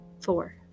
Four